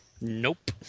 Nope